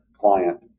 client